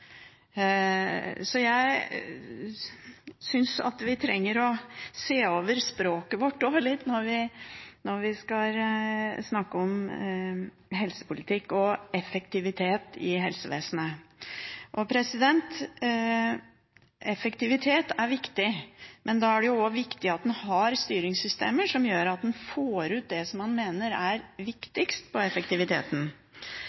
Så jeg synes vi trenger å se over språket vårt litt når vi skal snakke om helsepolitikk og effektivitet i helsevesenet. Effektivitet er viktig, men da er det jo også viktig at en har styringssystemer som gjør at en får ut det en mener er